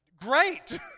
Great